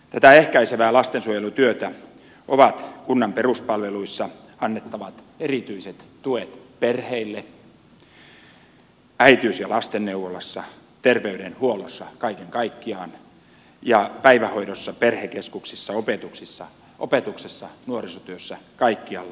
tätä ehkäisevää lastensuojelutyötä ovat kunnan peruspalveluissa annettavat erityiset tuet perheille äitiys ja lastenneuvolassa terveydenhuollossa kaiken kaikkiaan ja päivähoidossa perhekeskuksissa opetuksessa nuorisotyössä kaikkialla